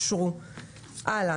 תקנות 101 עד116 עם השינויים אושרו פה אחד.